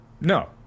no